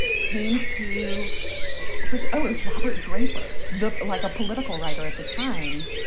came to his own robert draper, the like a political writer at the times.